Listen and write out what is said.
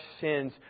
sins